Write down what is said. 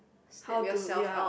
how to ya